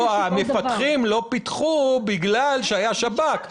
שהמפתחים לא פיתחו בגלל שהיה שב"כ,